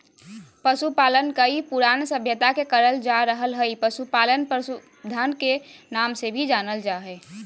पशुपालन कई पुरान सभ्यता से करल जा रहल हई, पशुपालन पशुधन के नाम से भी जानल जा हई